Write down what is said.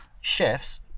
chefs